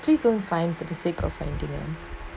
please don't find for the sake of finding them